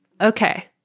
Okay